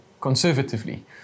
conservatively